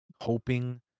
hoping